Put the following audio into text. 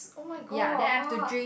oh-my-god what